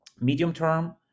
Medium-term